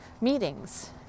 meetings